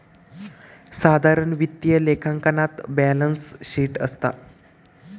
साधारण वित्तीय लेखांकनात बॅलेंस शीट असता